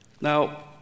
Now